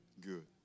Good